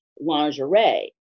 lingerie